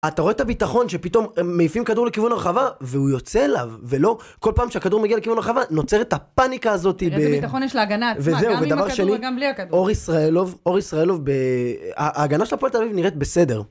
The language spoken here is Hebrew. אתה רואה את הביטחון שפתאום הם מעיפים כדור לכיוון הרחבה והוא יוצא אליו ולא כל פעם שהכדור מגיע לכיוון הרחבה נוצרת הפאניקה הזאת איזה ביטחון יש להגנה עצמה גם עם הכדור וגם בלי הכדור אור ישראלוב, אור ישראלוב, ההגנה של הפועל תל אביב נראית בסדר